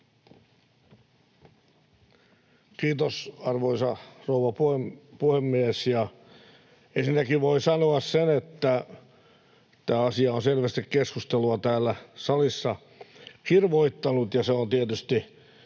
Kiitos, arvoisa rouva puhemies! Ensinnäkin voi sanoa sen, että tämä asia on selvästi keskustelua täällä salissa kirvoittanut, ja se on tietysti